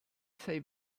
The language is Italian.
sei